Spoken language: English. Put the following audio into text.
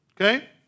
okay